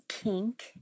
Pink